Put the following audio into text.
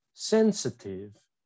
Sensitive